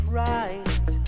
right